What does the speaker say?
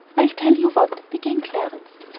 i'll tell you what! began clarence.